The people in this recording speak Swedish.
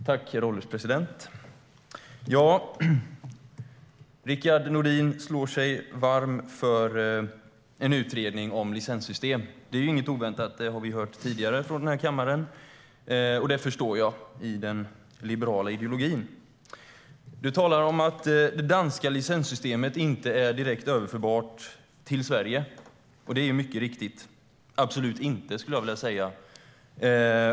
Herr ålderspresident! Rickard Nordin talar sig varm för en utredning om licenssystem. Det är inget oväntat. Det har vi hört tidigare i kammaren. Och det förstår jag eftersom det är i linje med den liberala ideologin. Rickard Nordin talar om det danska licenssystemet inte är direkt överförbart till Sverige. Det är helt riktigt. Jag skulle vilja säga att det absolut inte är överförbart.